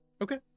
Okay